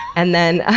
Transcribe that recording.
and then